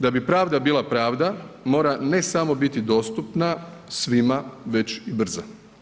Da bi pravda bila pravda mora ne samo biti dostupna svima, već i brza.